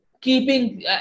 keeping